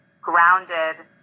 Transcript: grounded